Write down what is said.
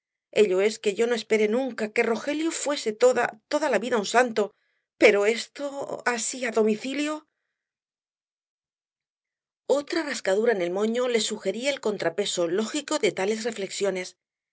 ello es que yo no esperé nunca que rogelio fuese toda toda la vida un santo pero esto así á domicilio otra rascadura en el moño le sugería el contrapeso lógico de tales reflexiones